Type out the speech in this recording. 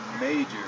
major